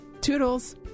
Toodles